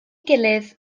gilydd